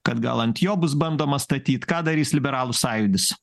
kad gal ant jo bus bandoma statyt ką darys liberalų sąjūdis